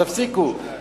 תפסיקו.